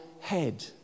head